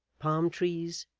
palm trees,